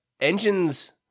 engines